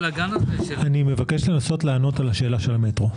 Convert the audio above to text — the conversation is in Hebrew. אני מבקש לנסות לענות על השאלה של המטרו.